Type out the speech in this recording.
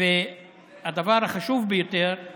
והדבר החשוב ביותר הוא